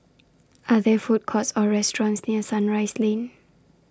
Are There Food Courts Or restaurants near Sunrise Lane